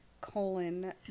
colon